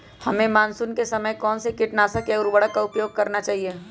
हमें मानसून के समय कौन से किटनाशक या उर्वरक का उपयोग करना चाहिए?